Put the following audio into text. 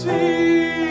See